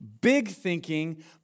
big-thinking